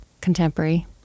Contemporary